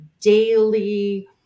daily